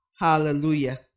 hallelujah